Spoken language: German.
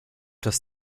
das